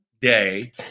day